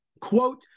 Quote